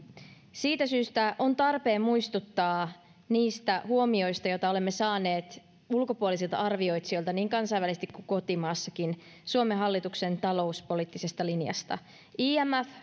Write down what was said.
siitä syystä on tarpeen muistuttaa niistä huomioista joita olemme saaneet ulkopuolisilta arvioitsijoilta niin kansainvälisesti kuin kotimaassakin suomen hallituksen talouspoliittisesta linjasta imf